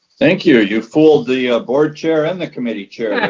thank you, you fooled the ah board chair and the committee chair